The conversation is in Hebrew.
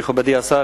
מכובדי השר,